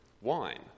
wine